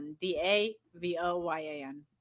d-a-v-o-y-a-n